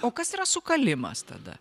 o kas yra sukalimas tada